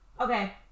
Okay